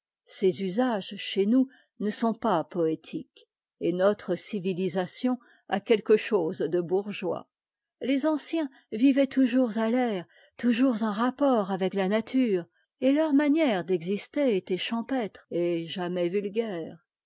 ces usages chez nous ne sont pas poétiques et notre civilisation a quelque chose de bourgeois les anciens vivaient toujours à l'air toujours en rapport avec la nature et leur manière d'exister était champêtre mais jamais vulgaire